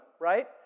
right